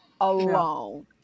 alone